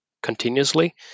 continuously